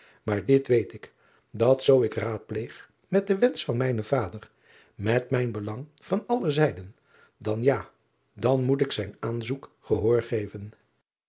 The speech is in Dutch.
aar dit weet ik dat zoo ik raadpleeg met den wensch van mijnen vader met mijn belang van alle zijden dan ja dan moet ik zijn aanzoek gehoor geven